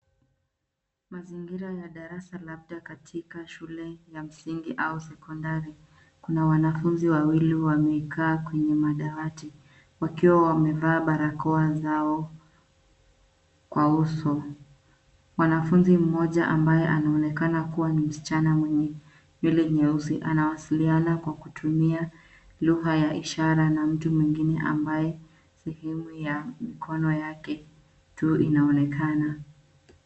Mazingira ya darasa labda katika shule ya msingi au sekondari, kuna wanafunzi wawili wamekaa kwenye madawati wakiwa wamevaa barakoa zao kwa uso. Mwanafunzi mmoja ambaye anaonekana kuwa msichana mwenye nywele nyeusi anawasiliana kwa kutumia lugha ya ishara na mtu mwengine ambaye sehemu ya mikono yake tu inaonekana.